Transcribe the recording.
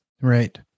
Right